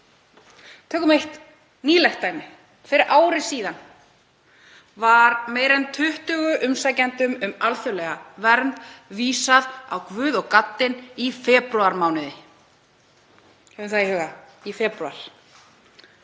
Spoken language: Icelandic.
Tökum eitt nýlegt dæmi. Fyrir ári síðan var meira en 20 umsækjendum um alþjóðlega vernd vísað út á guð og gaddinn í febrúarmánuði.